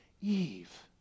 Eve